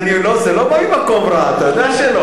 לא, זה לא בא ממקום רע, אתה יודע שלא.